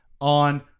on